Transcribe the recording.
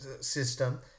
system